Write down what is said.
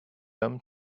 them